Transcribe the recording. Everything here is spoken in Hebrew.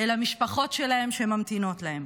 אל המשפחות שלהם שממתינות להם.